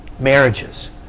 Marriages